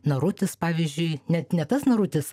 narutis pavyzdžiui net ne tas narutis